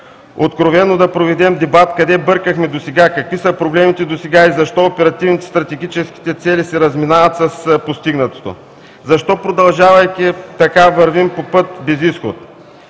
откровено да проведем дебат: къде бъркахме досега, какви са проблемите досега и защо оперативните, стратегическите цели се разминават с постигнатото? Защо, продължавайки така, вървим по път без изход?